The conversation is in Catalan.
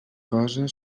cosa